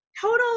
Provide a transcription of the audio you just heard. total